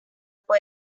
fue